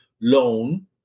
loan